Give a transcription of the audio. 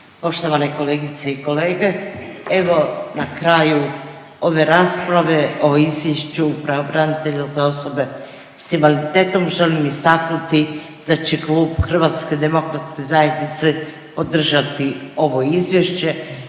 Poštovane kolegice i kolege, evo na kraju ove rasprave o izvješću Pravobranitelja za osobe s invaliditetom, želim istaknuti da će klub HDZ-a podržati ovo izvješće.